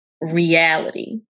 reality